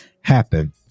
happen